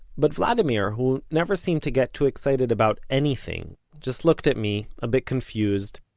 but vladimir, who never seemed to get too excited about anything, just looked at me, a bit confused,